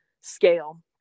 scale